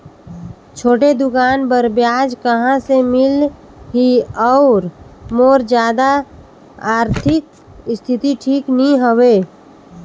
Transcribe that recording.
छोटे दुकान बर ब्याज कहा से मिल ही और मोर जादा आरथिक स्थिति ठीक नी हवे?